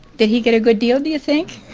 did he get a good deal, do you think?